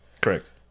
Correct